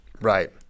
Right